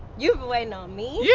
you been waiting on me? yeah.